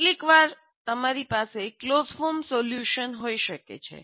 કેટલીકવાર તમારી પાસે ક્લોઝ ફોર્મ સોલ્યુશન હોઈ શકે છે